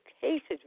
cases